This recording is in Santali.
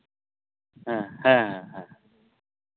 ᱦᱮᱸ ᱦᱮᱸ ᱦᱮᱸ